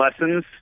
lessons